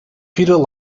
peter